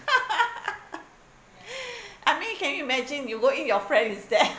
I mean can you imagine you go in your friend is there